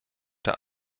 der